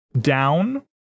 down